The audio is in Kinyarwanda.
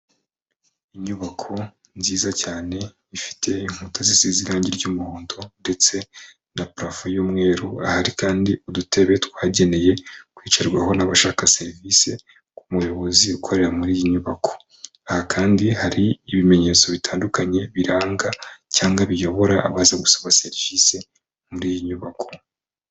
Inyubako nziza cyane, ifite inkuta zise irange ry'umuhondo ndetse na parafo y'umweru, hari kandi udutebe twagenewe kwicarwaho n'abashaka serivise, ku muyobozi ukorera muri iyi nyubako, aha kandi hari ibimenyetso bitandukanye biranga cyangwa biyobora, abaza gusaba serivise muri iyi nyubako.